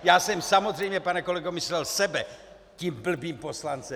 Já jsem samozřejmě, pane kolego, myslel sebe tím blbým poslancem.